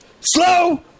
slow